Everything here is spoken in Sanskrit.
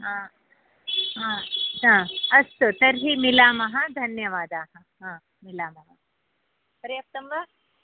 हा हा हा अस्तु तर्हि मिलामः धन्यवादाः हा मिलामः पर्याप्तं वा